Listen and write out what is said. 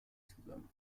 zusammen